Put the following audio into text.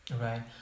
Right